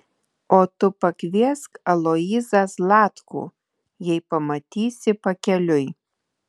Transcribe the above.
o tu pakviesk aloyzą zlatkų jei pamatysi pakeliui